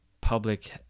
public